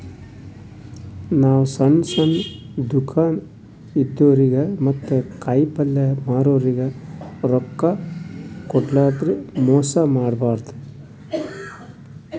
ನಾವ್ ಸಣ್ಣ್ ಸಣ್ಣ್ ದುಕಾನ್ ಇದ್ದೋರಿಗ ಮತ್ತ್ ಕಾಯಿಪಲ್ಯ ಮಾರೋರಿಗ್ ರೊಕ್ಕ ಕೋಡ್ಲಾರ್ದೆ ಮೋಸ್ ಮಾಡಬಾರ್ದ್